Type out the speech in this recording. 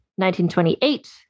1928